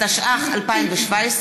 התשע"ח 2017,